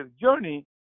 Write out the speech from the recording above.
journey